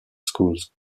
schools